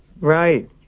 right